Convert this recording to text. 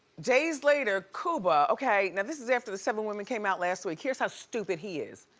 days later, cuba, okay, now this is after the seven women came out last week. here's how stupid he is,